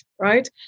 right